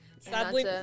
Sadly